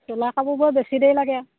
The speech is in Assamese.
চোলা কাপোৰবোৰত বেছি দেৰি লাগে